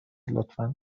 لطفا